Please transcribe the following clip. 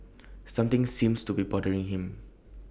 something seems to be bothering him